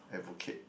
advocate